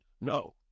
No